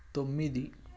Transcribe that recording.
తొమ్మిది